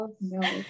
no